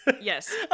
Yes